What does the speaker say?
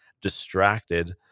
distracted